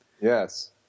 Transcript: Yes